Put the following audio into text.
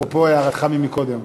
אפרופו הערתך מקודם.